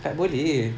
tak boleh